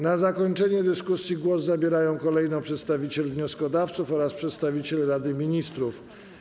Na zakończenie dyskusji głos zabierają kolejno przedstawiciel wnioskodawców oraz przedstawiciel Rady Ministrów.